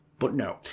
but no.